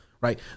right